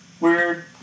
weird